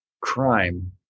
crime